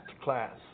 class